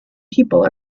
people